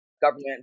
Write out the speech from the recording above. government